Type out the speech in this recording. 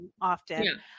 often